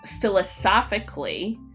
philosophically